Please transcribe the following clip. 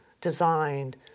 designed